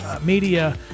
media